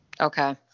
Okay